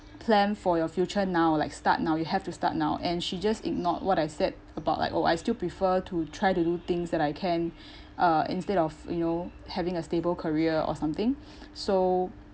plan for your future now like start now you have to start now and she just ignored what I said about like oh I still prefer to try to do things that I can uh instead of you know having a stable career or something so